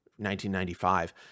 1995